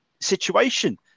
situation